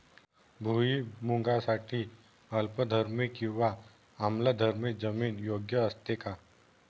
भुईमूगासाठी अल्कधर्मी किंवा आम्लधर्मी जमीन योग्य असते का?